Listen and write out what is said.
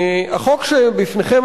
החוק שבפניכם,